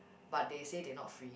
but they say they not free